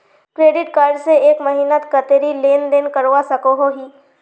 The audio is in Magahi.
क्रेडिट कार्ड से एक महीनात कतेरी लेन देन करवा सकोहो ही?